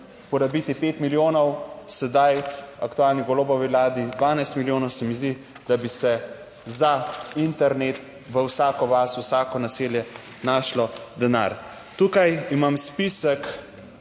porabiti pet milijonov, sedaj aktualni Golobovi vladi 12 milijonov, se mi zdi, da bi se za internet v vsako vas, vsako naselje, našlo denar. Tukaj imam spisek